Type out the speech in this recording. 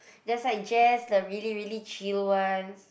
there's like Jazz the really really chill ones